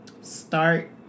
start